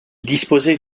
disposait